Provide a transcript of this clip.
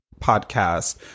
podcast